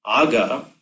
aga